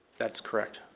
that's correct.